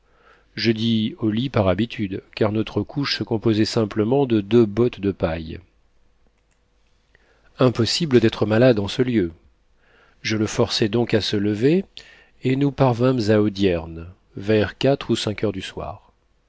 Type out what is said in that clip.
je dis au lit par habitude car notre couche se composait simplement de deux bottes de paille impossible d'être malade en ce lieu je le forçai donc à se lever et nous parvînmes à audierne vers quatre ou cinq heures du soir